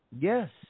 Yes